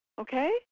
okay